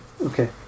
Okay